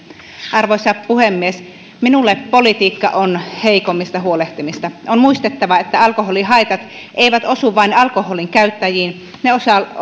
arvoisa puhemies minulle politiikka on heikommista huolehtimista on muistettava että alkoholihaitat eivät osu vain alkoholinkäyttäjiin ne